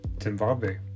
Zimbabwe